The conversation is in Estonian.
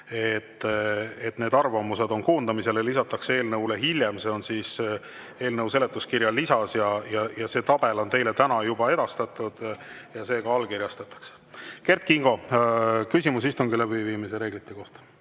et need arvamused on koondamisel ja lisatakse eelnõule hiljem, see on eelnõu seletuskirja lisas. Tabel on teile täna juba edastatud ja see ka allkirjastatakse. Kert Kingo, küsimus istungi läbiviimise reeglite kohta.